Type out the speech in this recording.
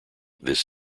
this